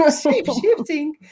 Shape-shifting